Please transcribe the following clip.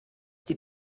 die